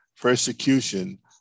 persecution